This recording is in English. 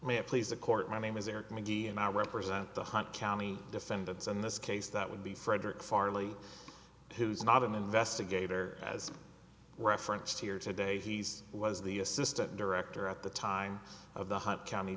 may please the court my name is eric mcgee and i represent the hunt county defendants in this case that would be frederick farley who is not an investigator as referenced here today he's was the assistant director at the time of the hunt